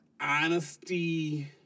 Honesty